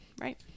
right